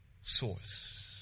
source